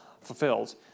fulfilled